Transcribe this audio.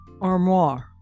Armoire